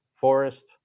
forest